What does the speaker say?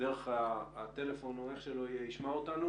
שדרך הטלפון או איך שלא יהיה הוא ישמע אותנו.